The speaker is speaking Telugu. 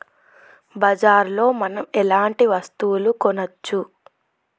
బజార్ లో మనం ఎలాంటి వస్తువులు కొనచ్చు?